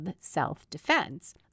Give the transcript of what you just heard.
self-defense